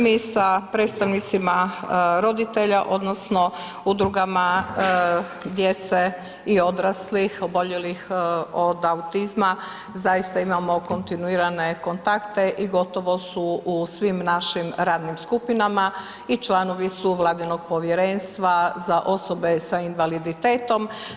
Mi sa predstavnicima roditelja odnosno udrugama djece i odraslih oboljelih od autizma zaista imamo kontinuirane kontakte i gotovo su u svim našim radnim skupinama i članovi su vladinog Povjerenstva za osoba sa invaliditetom.